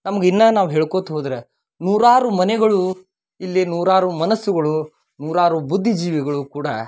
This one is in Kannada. ನಮ್ಗೆ ಇನ್ನ ನಾವು ಹೇಳ್ಕೋತಾ ಹೋದರೆ ನೂರಾರು ಮನೆಗಳು ಇಲ್ಲಿ ನೂರಾರು ಮನಸ್ಸುಗಳು ನೂರಾರು ಬುದ್ಧಿಜೀವಿಗಳು ಕೂಡ